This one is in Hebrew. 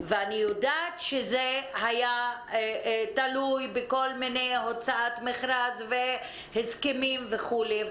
ואני יודעת שזה היה תלוי בהוצאת מכרז והסכמים וכולי.